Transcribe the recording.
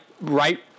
right